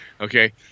Okay